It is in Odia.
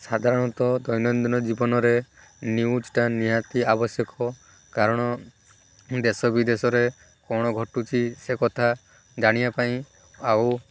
ସାଧାରଣତଃ ଦୈନଦିନ ଜୀବନରେ ନ୍ୟୁଜଟା ନିହାତି ଆବଶ୍ୟକ କାରଣ ଦେଶ ବିଦେଶରେ କ'ଣ ଘଟୁଛି ସେ କଥା ଜାଣିବା ପାଇଁ ଆଉ